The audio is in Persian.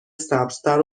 سبزتر